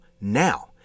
now